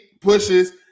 pushes